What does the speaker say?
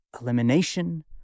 elimination